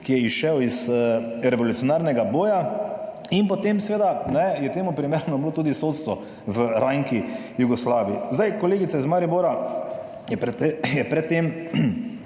je izšel iz revolucionarnega boja. In potem je seveda temu primerno bilo tudi sodstvo v rajnki Jugoslaviji. Kolegica iz Maribora je pred tem